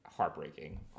heartbreaking